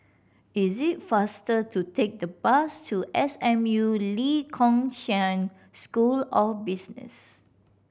is it faster to take the bus to S M U Lee Kong Chian School of Business